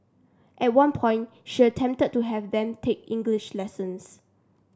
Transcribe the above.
at one point she attempted to have them take English lessons